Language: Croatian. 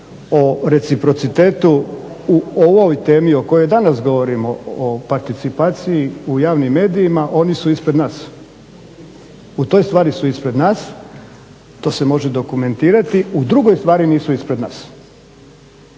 o reciprocitetu u ovoj temi o kojoj danas govorimo o participaciji u javnim medijima oni su ispred nas. U toj stvari su ispred nas. To se može dokumentirati. U drugoj stvari nisu ispred nas